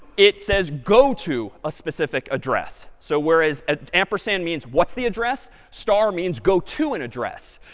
it says go to a specific address. so whereas, an ampersand means what's the address, star means go to an address.